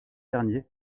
dernier